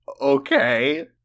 Okay